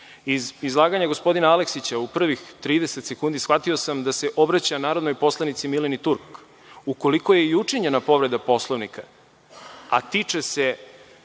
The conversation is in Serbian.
iz izlaganje gospodina Aleksića u prvih 30 sekundi shvatio sam da se obraća narodnoj poslanici Mileni Turk. Ukoliko je i učinjena povreda Poslovnika, a tiče se